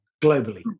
globally